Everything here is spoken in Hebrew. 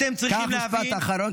קח משפט אחרון,